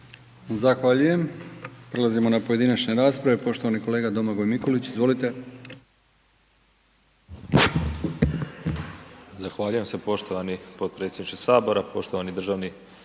Zahvaljujem. Prelazimo na pojedinačne rasprava, poštovani kolega Domagoj Mikulić, izvolite. **Mikulić, Domagoj (HDZ)** Zahvaljujem se poštovani potpredsjedniče Sabora, poštovani državni